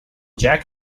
jack